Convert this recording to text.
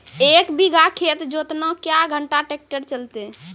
एक बीघा खेत जोतना क्या घंटा ट्रैक्टर चलते?